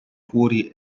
fuori